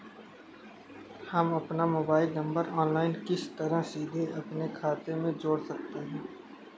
हम अपना mobile number online किस तरह सीधे अपने खाते में जोड़ सकते हैं?